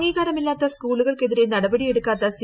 അംഗീകാരമില്ലാത്ത സ്കൂളുകൾക്കെതിരെ നടപടി എടുക്കാത്ത സി